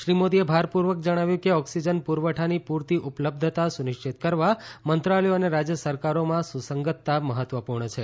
શ્રી મોદીએ ભારપૂર્વક જણાવ્યું છે કે ઓક્સિજન પુરવઠાની પૂરતી ઉપલબ્ધતા સુનિશ્ચિત કરવા મંત્રાલયો અને રાજ્ય સરકારોમાં સુસંગતતા મહત્વપૂર્ણ છે